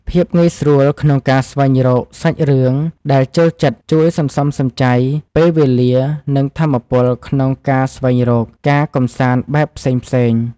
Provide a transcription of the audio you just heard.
ភាពងាយស្រួលក្នុងការស្វែងរកសាច់រឿងដែលចូលចិត្តជួយសន្សំសំចៃពេលវេលានិងថាមពលក្នុងការស្វែងរកការកម្សាន្តបែបផ្សេងៗ។